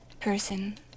person